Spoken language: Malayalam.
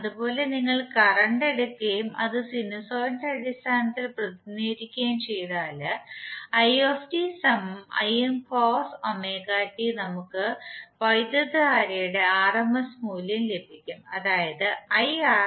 അതുപോലെ നിങ്ങൾ കറന്റ് എടുക്കുകയും അത് സിനുസോയിഡിന്റെ അടിസ്ഥാനത്തിൽ പ്രതിനിധീകരിക്കുകയും ചെയ്താൽ നമുക്ക് വൈദ്യുതധാരയുടെ rms മൂല്യം ലഭിക്കും അതായത് Irms